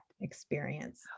experience